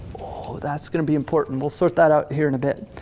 oh that's gonna be important. we'll sort that out here in a bit.